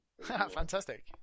Fantastic